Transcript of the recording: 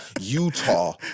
Utah